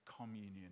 communion